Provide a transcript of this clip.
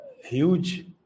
huge